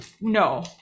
No